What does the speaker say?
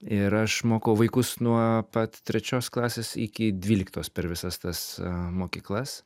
ir aš mokau vaikus nuo pat trečios klasės iki dvyliktos per visas tas mokyklas